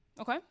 Okay